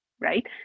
right